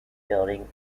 building